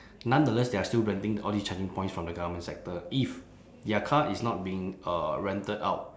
nonetheless they are still renting all these charging points from the government sector if their car is not being uh rented out